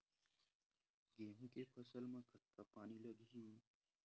गेहूं के फसल म कतका पानी लगही?